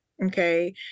Okay